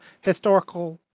historical